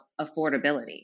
affordability